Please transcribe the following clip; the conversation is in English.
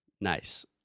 Nice